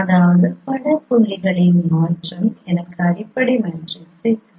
அதாவது பட புள்ளிகளின் மாற்றம் எனக்கு அடிப்படை மேட்ரிக்ஸைத் தரும்